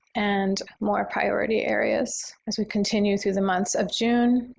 and more priority areas as we continue through the month of june,